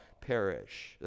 perish